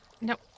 nope